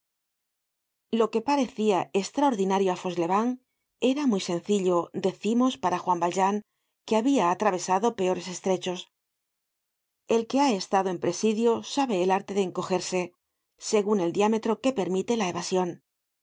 lo que parecia estraordinario á fauchelevent era muy sencillo decimos para juan valjean que habia atravesado peores estrechos el que ha estado en presidio sabe el arte de encogerse segun el diámetro que permite la evasion